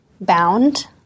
bound